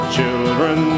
children